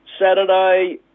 Saturday